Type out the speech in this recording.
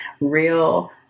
real